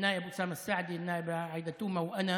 חוק של החבר אוסאמה סעדי והחברה עאידה תומא סלימאן ושלי,